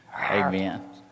Amen